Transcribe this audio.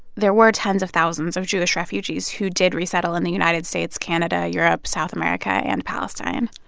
there were tens of thousands of jewish refugees who did resettle in the united states, canada, europe, south america and palestine.